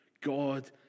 God